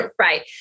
Right